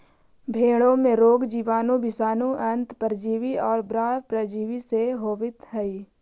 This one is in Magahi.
भेंड़ों में रोग जीवाणु, विषाणु, अन्तः परजीवी और बाह्य परजीवी से होवत हई